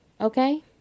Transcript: Okay